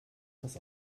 das